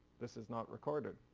this is not recorded.